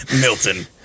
Milton